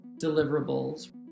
deliverables